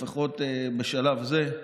לפחות בשלב זה,